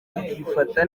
ikifata